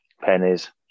pennies